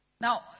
Now